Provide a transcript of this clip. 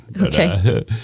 Okay